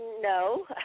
No